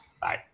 Bye